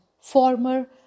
former